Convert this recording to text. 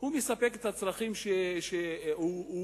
הוא מספק את הצרכים של האוכלוסייה הערבית מהכיס שלו?